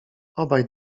obaj